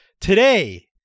Today